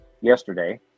yesterday